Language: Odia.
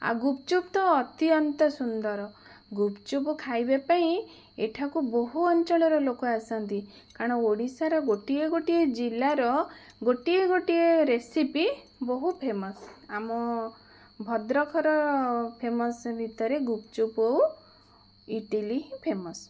ଆଉ ଗୁପ୍ଚୁପ୍ ତ ଅତ୍ୟନ୍ତ ସୁନ୍ଦର ଗୁପ୍ଚୁପ୍ ଖାଇବା ପାଇଁ ଏଠାକୁ ବହୁ ଅଞ୍ଚଳର ଲୋକ ଆସନ୍ତି କାରଣ ଓଡ଼ିଶାର ଗୋଟିଏ ଗୋଟିଏ ଜିଲ୍ଲାର ଗୋଟିଏ ଗୋଟିଏ ରେସିପି ବହୁ ଫେମସ ଆମ ଭଦ୍ରଖର ଫେମସ ଭିତରେ ଗୁପ୍ଚୁପ୍ ଇଟିଲି ହିଁ ଫେମସ